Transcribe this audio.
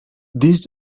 these